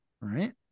right